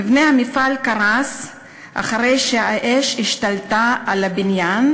מבנה המפעל קרס אחרי שהאש השתלטה עליו,